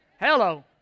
Hello